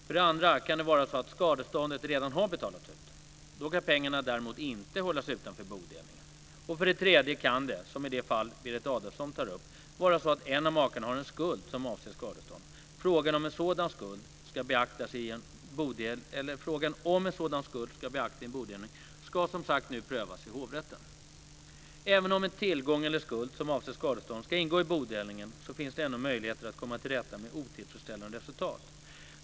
För det andra kan det vara så att skadeståndet redan har betalats ut. Då kan pengarna däremot inte hållas utanför bodelningen. För det tredje kan det, som i det fall Berit Adolfsson tar upp, vara så att en av makarna har en skuld som avser skadestånd. Frågan om en sådan skuld ska beaktas i en bodelning ska som sagt nu prövas i hovrätten. Även om en tillgång eller skuld som avser skadestånd ska ingå i bodelningen, så finns det ändå möjligheter att komma till rätta med otillfredsställande resultat.